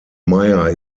meyer